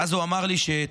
ואז הוא אמר לי אתמול,